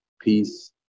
peace